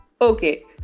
okay